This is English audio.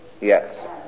Yes